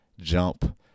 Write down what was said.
jump